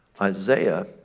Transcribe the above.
Isaiah